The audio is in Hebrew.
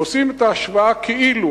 ועושים את ההשוואה "כאילו".